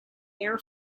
air